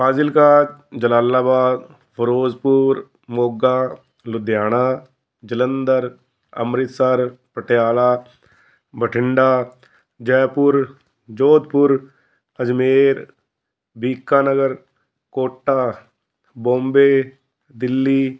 Fazilka Jalalabad Firozpur Moga Ludhiana Jalandhar Amritsar Patiala Bathinda Jaipur Jodhpur Ajmer Bikaner Kota Bombay Delhi